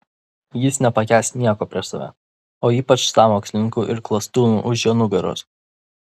jis nepakęs nieko prieš save o ypač sąmokslininkų ir klastūnų už jo nugaros